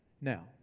Now